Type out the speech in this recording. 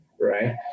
right